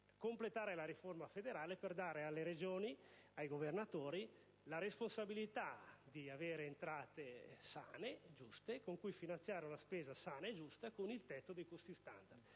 completare la riforma federale, per dare ai governatori delle Regioni la responsabilità di avere entrare sane e giuste con cui finanziare una spesa sana e giusta con il tetto dei costi standard.